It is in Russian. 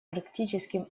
арктическим